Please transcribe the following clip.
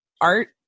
art